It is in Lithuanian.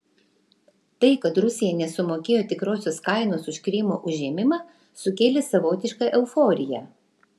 tai kad rusija nesumokėjo tikrosios kainos už krymo užėmimą sukėlė savotišką euforiją